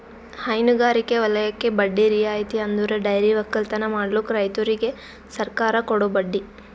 ಹೈನಗಾರಿಕೆ ವಲಯಕ್ಕೆ ಬಡ್ಡಿ ರಿಯಾಯಿತಿ ಅಂದುರ್ ಡೈರಿ ಒಕ್ಕಲತನ ಮಾಡ್ಲುಕ್ ರೈತುರಿಗ್ ಸರ್ಕಾರ ಕೊಡೋ ಬಡ್ಡಿ